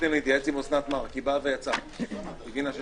הישיבה ננעלה